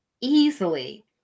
easily